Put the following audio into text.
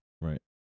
Right